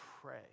pray